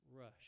rush